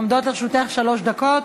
עומדות לרשותך שלוש דקות.